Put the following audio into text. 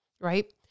right